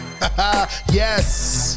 Yes